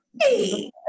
hey